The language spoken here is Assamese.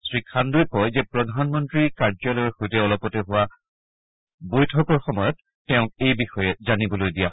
শ্ৰীখান্দুৱে কয় যে প্ৰধানমন্তী কাৰ্যালয়ৰ সৈতে অলপতে হোৱা সময়ত বৈঠকৰ সময়ত তেওঁক এই বিষয়ে জানিবলৈ দিয়ে